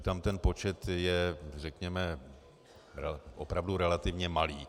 Tam ten počet je, řekněme, opravdu relativně malý.